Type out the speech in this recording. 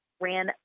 ran